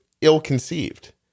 ill-conceived